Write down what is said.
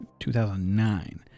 2009